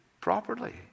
properly